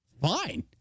fine